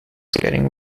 getting